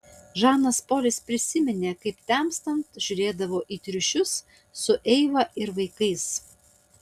žanas polis prisiminė kaip temstant žiūrėdavo į triušius su eiva ir vaikais